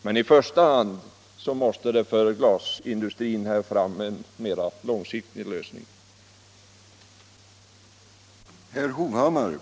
Men i första hand måste vi få fram en mera långsiktig lösning för glasindustrin.